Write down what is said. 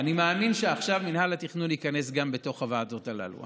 אני מאמין שעכשיו מינהל התכנון ייכנס גם בתוך הוועדות הללו.